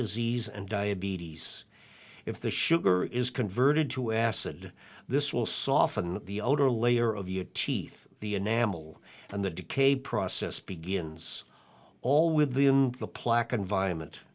disease and diabetes if the sugar is converted to acid this will soften the outer layer of your teeth the enamel and the decay process begins all with the plaque environment